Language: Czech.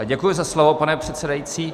Děkuji za slovo, pane předsedající.